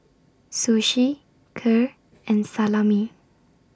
Sushi Kheer and Salami